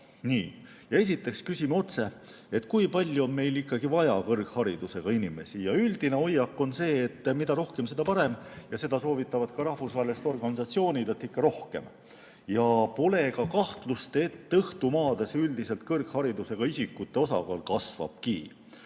Esiteks küsime otse, kui palju on meil vaja kõrgharidusega inimesi. Üldine hoiak on see, et mida rohkem, seda parem, ja seda soovitavad ka rahvusvahelised organisatsioonid, et ikka rohkem. Pole ka kahtlust, et õhtumaades üldiselt kõrgharidusega isikute osakaal kasvabki.